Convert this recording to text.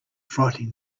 frightening